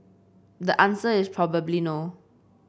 the answer is probably no